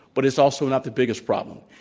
but it's also not the biggest problem.